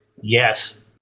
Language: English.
Yes